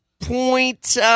point